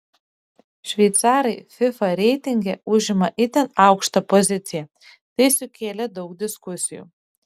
šveicarai fifa reitinge užima itin aukštą poziciją tai sukėlė daug diskusijų